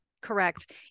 Correct